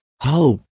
hope